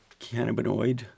cannabinoid